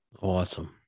Awesome